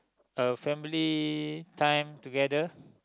a family time together